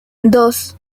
dos